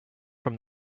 from